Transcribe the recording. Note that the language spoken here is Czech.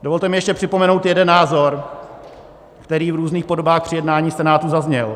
Dovolte mi ještě připomenout jeden názor, který v různých podobách při jednání v Senátu zazněl.